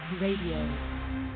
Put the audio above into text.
Radio